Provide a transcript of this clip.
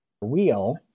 wheel